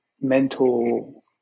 mental